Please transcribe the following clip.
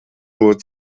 nur